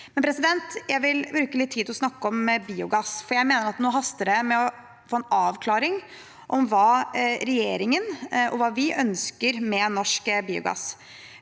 Jeg vil bruke litt tid på å snakke om biogass, for jeg mener at det nå haster med å få en avklaring om hva regjeringen – og vi – ønsker med norsk biogass.